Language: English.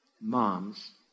moms